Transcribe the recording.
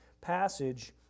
passage